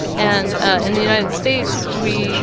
and in the united states, we